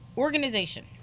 Organization